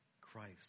Christ